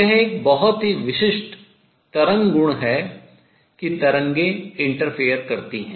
यह एक बहुत ही विशिष्ट तरंग गुण है कि तरंगें व्यतिकरण करती हैं